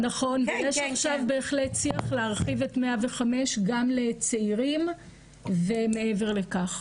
נכון ויש עכשיו בהחלט שיח להרחיב את 105 גם לצעירים ומעבר לכך.